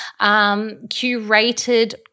Curated